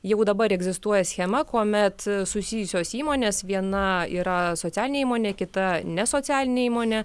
jau dabar egzistuoja schema kuomet susijusios įmonės viena yra socialinė įmonė kita ne socialinė įmonė